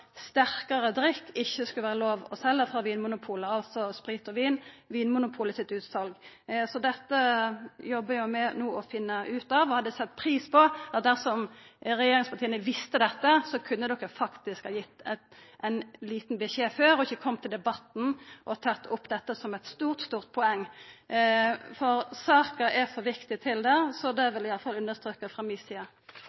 sterkare drikk, altså sprit og vin, ikkje skulle vera lov å selja frå Vinmonopolet sine utsal. Dette jobbar vi no med å finna ut av. Eg hadde sett pris på at regjeringspartia, dersom dei visste dette, hadde gitt ein liten beskjed før og ikkje kom i debatten og tok opp dette som eit stort, stort poeng, for saka er for viktig til det. Det vil eg iallfall understreka frå mi side. Det